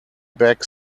bag